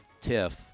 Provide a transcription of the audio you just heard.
tiff